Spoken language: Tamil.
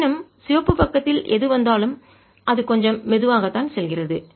இருப்பினும் சிவப்பு பக்கத்தில் எது வந்தாலும் அது கொஞ்சம் மெதுவாக செல்கிறது